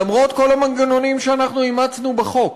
למרות כל המנגנונים שאימצנו בחוק,